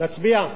נצביע?